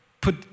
put